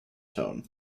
tone